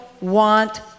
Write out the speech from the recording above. want